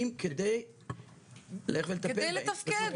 באמת ככה צריך להסתכל על הנושא הזה.